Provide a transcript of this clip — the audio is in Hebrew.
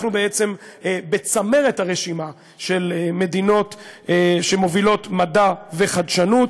אנחנו בעצם בצמרת הרשימה של המדינות שמובילות מדע וחדשנות.